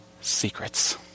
secrets